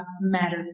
matter